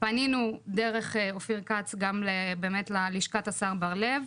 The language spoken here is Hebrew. פנינו דרך אופיר כץ גם ללשכת השר בר-לב,